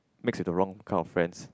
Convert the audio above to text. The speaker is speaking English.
mix with the wrong kind of friends